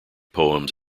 poems